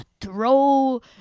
throw